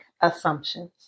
assumptions